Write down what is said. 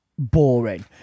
boring